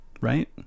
right